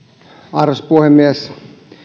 arvoisa puhemies